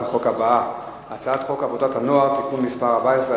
החוק הבאה: הצעת חוק עבודת הנוער (תיקון מס' 14),